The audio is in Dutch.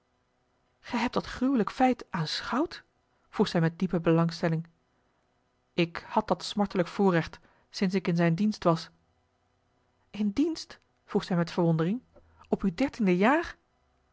gij hebt dat gruwelijk feit aanschouwd vroeg zij met diepe belangstelling ik had dat smartelijk voorrecht sinds ik in zijn dienst was in dienst vroeg zij met verwondering op uw dertiende jaar